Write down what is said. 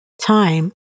time